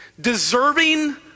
deserving